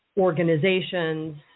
organizations